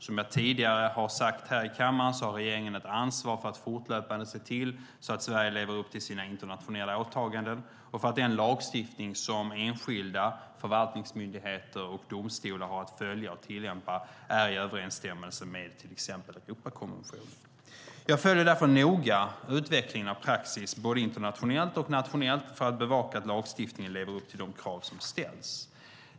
Som jag tidigare sagt här i kammaren har regeringen ett ansvar för att fortlöpande se till att Sverige lever upp till sina internationella åtaganden och för att den lagstiftning som enskilda förvaltningsmyndigheter och domstolar har att följa och tillämpa är i överensstämmelse med till exempel Europakonventionen. Jag följer därför noga utvecklingen av praxis både internationellt och nationellt för att bevaka att lagstiftningen lever upp till de krav som ställs.